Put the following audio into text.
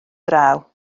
draw